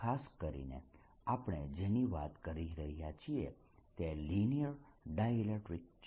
ખાસ કરીને આપણે જેની વાત કરી રહ્યા છીએ તે લિનિયર ડાયઇલેક્ટ્રીકસ છે